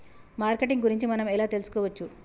Marketing గురించి మనం ఎలా తెలుసుకోవచ్చు?